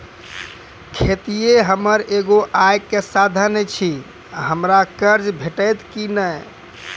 खेतीये हमर एगो आय के साधन ऐछि, हमरा कर्ज भेटतै कि नै?